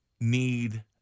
need